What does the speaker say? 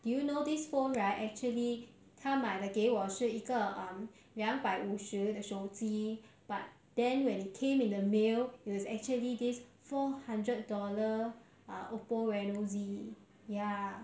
do you know this phone right actually 他买的给我是一个 um 两百五十的手机 but then when it came in the mail it was actually this four hundred dollar uh OPPO reno Z ya